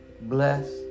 bless